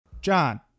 John